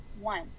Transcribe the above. one